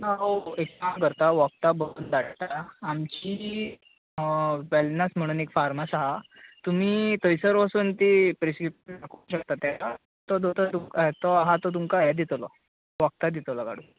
आं ऑके एक काम करता वखदां बरोवन धाडटा आमची वॅलनस म्हणून एक फार्मास आहा तुमी थंयसर वसून ती प्रिस्क्रीपशन तो दोतोर तो आहा तो तुमका हे दितलो वखदां दितलो काडून